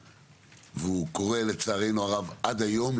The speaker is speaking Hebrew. והוא קורה לצערנו הרב עד היום,